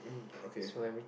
okay